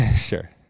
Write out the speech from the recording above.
Sure